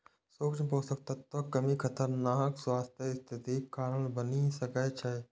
सूक्ष्म पोषक तत्वक कमी खतरनाक स्वास्थ्य स्थितिक कारण बनि सकै छै